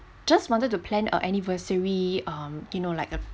just wanted to plan our anniversary um you know like a